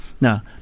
Now